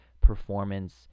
performance